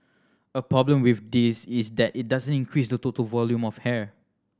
a problem with this is that it doesn't increase the total volume of hair